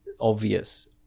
obvious